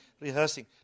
rehearsing